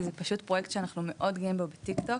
כי זה פרויקט שאנחנו מאוד גאים בו בטיקטוק,